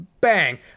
Bang